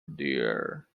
dear